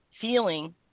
feeling